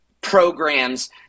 programs